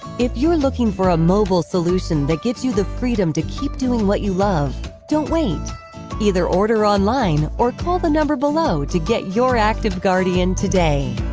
if you're looking for a mobile solution that gets you the freedom to keep doing what you love, don't wait either order online or call the number below to get your active guardian today!